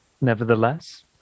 nevertheless